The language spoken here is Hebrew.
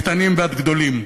מקטנים ועד גדולים,